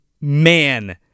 Man